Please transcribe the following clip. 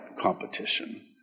competition